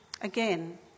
Again